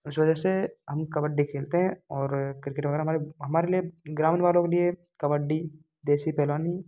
उस वजह से हम कबड्डी खेलते हैं और किर्केट वगैरह हमारे हमारे लिए ग्रामीण वालों के लिए कबड्डी देसी पहलवानी